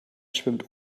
schwimmt